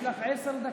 יש לך עשר דקות.